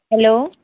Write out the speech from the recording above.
hello